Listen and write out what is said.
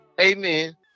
Amen